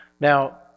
now